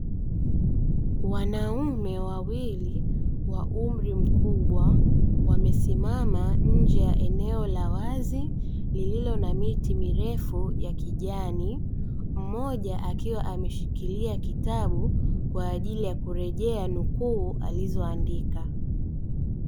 Wanaume wawili wa umri mkubwa wamesimama nje ya eneo la wazi lililo na miti mirefu ya kijani, mmoja akiwa ameshikilia kitabu kwa ajili ya kurejea nukuu alizoandika.